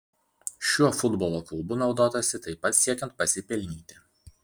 šiuo futbolo klubu naudotasi taip pat siekiant pasipelnyti